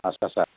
आस्सासा